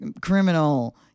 criminal